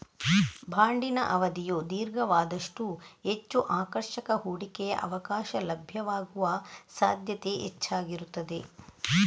ಬಾಂಡಿನ ಅವಧಿಯು ದೀರ್ಘವಾದಷ್ಟೂ ಹೆಚ್ಚು ಆಕರ್ಷಕ ಹೂಡಿಕೆಯ ಅವಕಾಶ ಲಭ್ಯವಾಗುವ ಸಾಧ್ಯತೆ ಹೆಚ್ಚಾಗಿರುತ್ತದೆ